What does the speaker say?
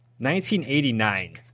1989